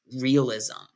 realism